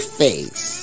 face